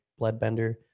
bloodbender